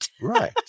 Right